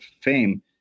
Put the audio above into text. fame